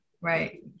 right